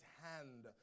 hand